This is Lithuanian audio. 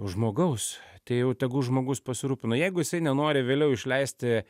žmogaus tai jau tegu žmogus pasirūpina jeigu jisai nenori vėliau išleisti